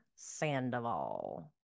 sandoval